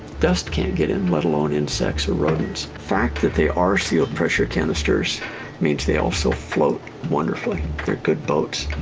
dust can't get in let alone insects or rodents. fact that they are sealed pressure canisters means they also float wonderfully. they're good boats.